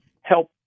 help